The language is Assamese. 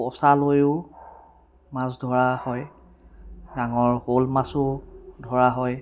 পছা লৈয়ো মাছ ধৰা হয় ডাঙৰ শল মাছো ধৰা হয়